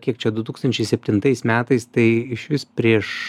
kiek čia du tūkstančiai septintais metais tai išvis prieš